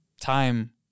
time